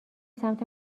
سمت